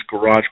garage